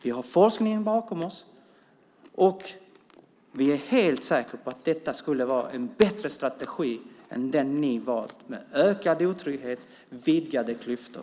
Vi har forskningen bakom oss, och vi är helt säkra på att detta skulle vara en bättre strategi än den ni valt, med ökad otrygghet och vidgade klyftor.